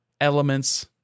elements